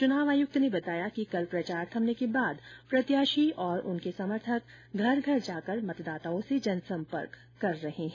चुनाव आयुक्त ने बताया कि कल प्रचार थमने के बाद प्रत्याशी और उनके समर्थक घर घर जाकर मतदाताओं से जनसंपर्क कर रहे हैं